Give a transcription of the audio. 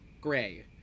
gray